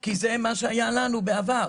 כי זה מה שהיה לנו בעבר.